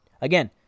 again